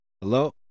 Hello